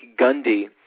Gundy